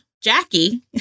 Jackie